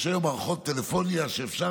יש היום מערכות טלפוניה שבהן אפשר